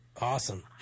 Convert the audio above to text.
awesome